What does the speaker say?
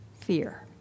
fear